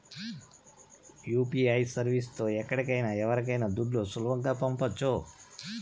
UPI service తో ఎక్కడికైనా ఎవరికైనా దుడ్లు సులువుగా పంపొచ్చు